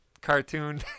cartoon